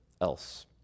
else